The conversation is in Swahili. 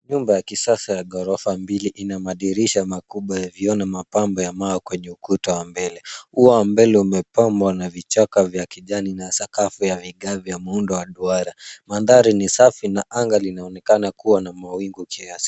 Nyumba ya kisasa ya ghorofa mbili ina madirisha makubwa ya vioo na mapambo ya mawe kwenye ukuta wa mbele. Ua wa mbele umepambwa na vichaka vya kijani na sakafu ya vigao vya muundo wa duara. Mandhari ni safi na anga linaonekana kuwa na mawingu kiasi.